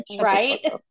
Right